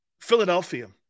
Philadelphia